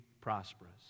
prosperous